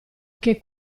che